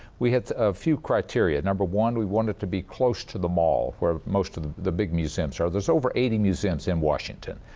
we had a few criteria. number one, we wanted to be close to the mall where most of the the big museums are. there's over eighty museums in washington,